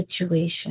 situation